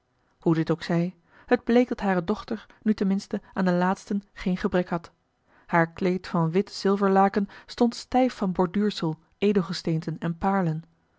hoe dit ook zij het bleek dat hare dochter nu ten minste aan de laatsten geen gebrek had haar kleed van wit zilverlaken stond stijf van borduursel edelgesteenten en paarlen